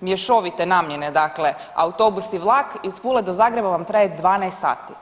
mješovite namjene dakle autobus i vlak iz Pule do Zagreba vam traje 12 sati.